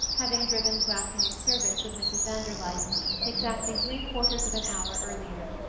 having driven to afternoon service with mrs. van der luyden exactly three quarters of an hour earlier.